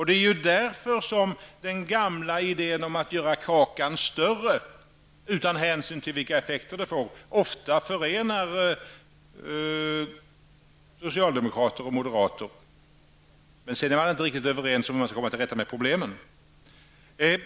Det är därför som den gamla idén om att göra kakan större, utan hänsyn till vilka effekter det får, ofta förenar socialdemokrater och moderater. Men sedan är man inte riktigt överens om hur man skall komma till rätta med problemen.